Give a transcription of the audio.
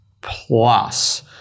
plus